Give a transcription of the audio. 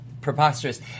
preposterous